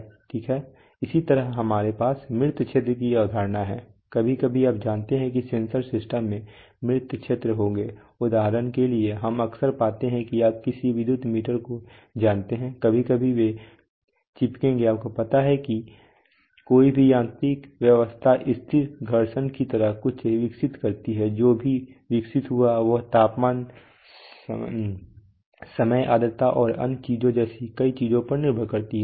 ठीक है इसी तरह हमारे पास मृत क्षेत्र की अवधारणा है कभी कभी आप जानते हैं कि सेंसर सिस्टम में मृत क्षेत्र होंगे उदाहरण के लिए हम अक्सर पाते हैं कि आप इस विद्युत मीटर को जानते हैं कभी कभी वे चिपकेंगे आपको पता है कि कोई भी यांत्रिक व्यवस्था स्थिर घर्षण की तरह कुछ विकसित करती है जो भी विकसित हुआ वह तापमान समय आर्द्रता और अन्य चीजों जैसी कई चीजों पर निर्भर करता है